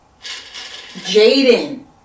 Jaden